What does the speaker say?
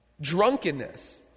Drunkenness